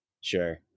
Sure